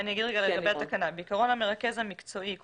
המרכז המקצועי,